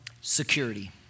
Security